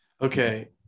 Okay